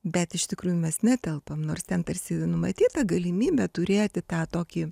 bet iš tikrųjų mes netelpam nors ten tarsi numatyta galimybė turėti tą tokį